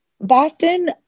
Boston